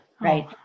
right